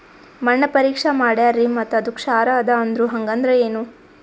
ಮಣ್ಣ ಪರೀಕ್ಷಾ ಮಾಡ್ಯಾರ್ರಿ ಮತ್ತ ಅದು ಕ್ಷಾರ ಅದ ಅಂದ್ರು, ಹಂಗದ್ರ ಏನು?